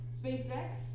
SpaceX